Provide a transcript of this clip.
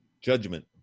Judgment